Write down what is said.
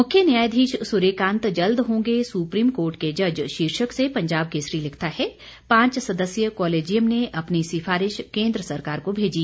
मुख्य न्यायाधीश सूर्यकांत जल्द होंगे सुप्रीम कोर्ट के जज शीर्षक से पंजाब केसरी लिखता है पांच सदस्यीय कॉलेजियम ने अपनी सिफारिश केन्द्र सरकार को भेजी